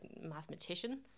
mathematician